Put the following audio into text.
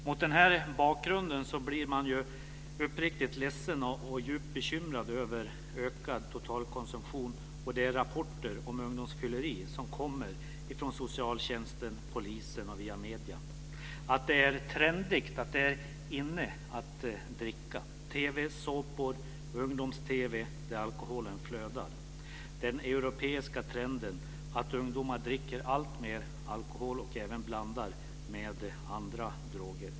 Mot den här bakgrunden blir man uppriktigt ledsen och djupt bekymrad över ökad totalkonsumtion och de rapporter om ungdomsfylleri som kommer från socialtjänsten, polisen och via medier, om att det är trendigt och inne att dricka, TV-såpor och ungdoms-TV där alkoholen flödar, den europeiska trenden att ungdomar dricker alltmer alkohol och även blandar med andra droger.